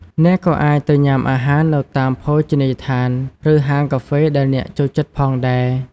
អ្នកក៏អាចទៅញ៉ាំអាហារនៅតាមភោជនីយដ្ឋានឬហាងកាហ្វេដែលអ្នកចូលចិត្តផងដែរ។